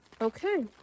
okay